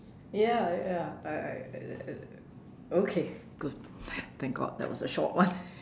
ya ya I I uh okay good thank God that was a short one